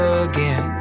again